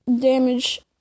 damage